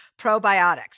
probiotics